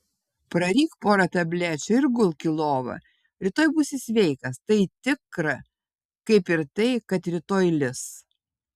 praryk porą tablečių ir gulk į lovą rytoj būsi sveikas tai tikra kaip ir tai kad rytoj lis